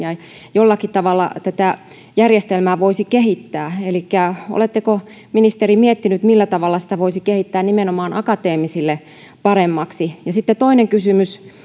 jollakin tavalla tätä järjestelmää voisi kehittää elikkä oletteko ministeri miettinyt millä tavalla sitä voisi kehittää nimenomaan akateemisille paremmaksi sitten toinen kysymys